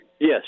Yes